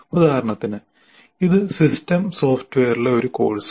ഉദാഹരണത്തിന് ഇത് സിസ്റ്റം സോഫ്റ്റ്വെയറിലെ ഒരു കോഴ്സാണ്